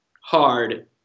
hard